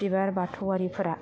बिबार बाथौआरिफ्रा